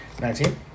nineteen